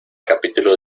capítulo